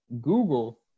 Google